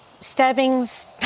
stabbings